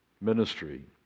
ministry